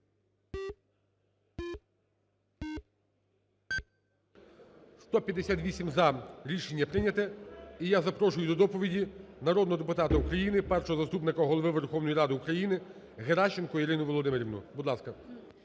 158 – за. Рішення прийняте. І я запрошую до доповіді народного депутата України, Першого заступника Голови Верховної Ради України Геращенко Ірину Володимирівну, будь ласка.